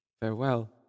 Farewell